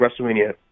WrestleMania